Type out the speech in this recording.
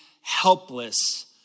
helpless